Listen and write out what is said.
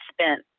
spent